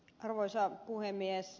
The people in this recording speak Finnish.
arvoisa puhemies